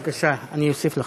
בבקשה, אני אוסיף לך.